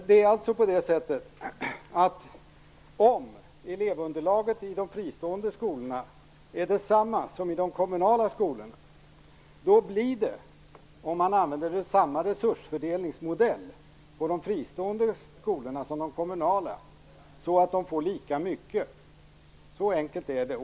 Det är alltså på det sättet att om elevunderlaget i de fristående skolorna är detsamma som i de kommunala skolorna och man använder samma resursfördelningsmodell på de fristående skolorna som på de kommunala får de lika mycket. Så enkelt är det.